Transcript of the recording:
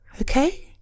okay